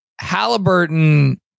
Halliburton